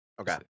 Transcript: Okay